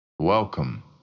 Welcome